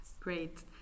Great